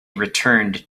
returned